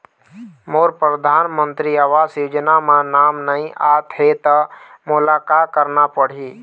मोर परधानमंतरी आवास योजना म नाम नई आत हे त मोला का करना पड़ही?